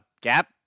Gap